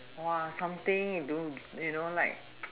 !wah! something to you know like